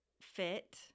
fit